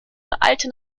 eilte